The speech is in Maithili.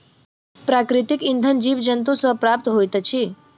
प्राकृतिक इंधन जीव जन्तु सॅ प्राप्त होइत अछि